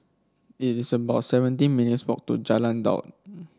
it is about seventeen minutes' walk to Jalan Daud